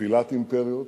נפילת אימפריות